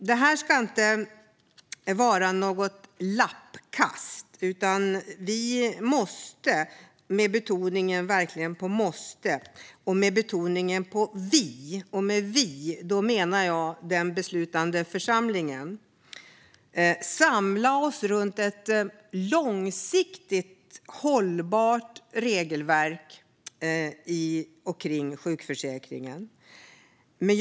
Det ska inte vara något lappkast, utan vi i den beslutande församlingen måste samla oss runt ett långsiktigt hållbart regelverk för sjukförsäkringen.